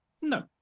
no